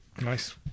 Nice